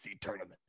tournament